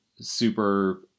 super